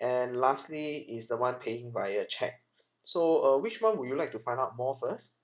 and lastly is the one paying via cheque so uh which one would you like to find out more first